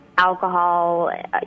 alcohol